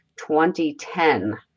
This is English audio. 2010